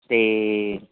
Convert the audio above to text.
ਅਤੇ